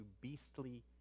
beastly